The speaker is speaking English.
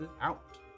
out